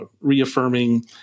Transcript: reaffirming